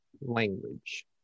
language